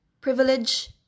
Privilege